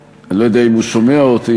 אני לא יודע אם הוא שומע אותי,